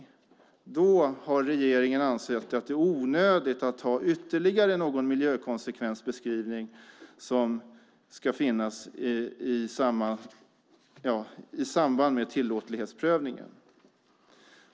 Då har regeringen ansett att det är onödigt att ha ytterligare en miljökonsekvensbeskrivning i samband med tillåtlighetsprövningen.